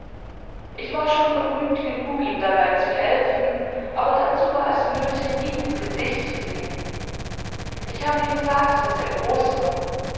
ich war schon vergnügt genug ihm dabei zu helfen aber dazu war es nötig ihm ins gesicht zu sehen ich habe gesagt daß er groß war